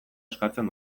eskatzen